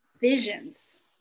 visions